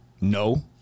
No